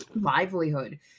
livelihood